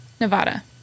Nevada